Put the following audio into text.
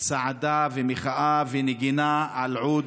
צעדה ומחאה ונגינה על עוּד,